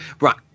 right